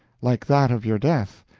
like that of your death?